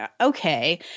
okay